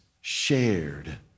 shared